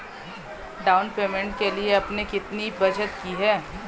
Down payment के लिए आपने कितनी बचत की है?